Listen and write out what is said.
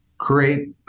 create